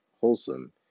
wholesome